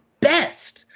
best